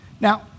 Now